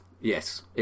Yes